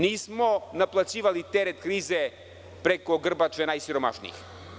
Nismo naplaćivali teret krize preko grbače najsiromašnijih.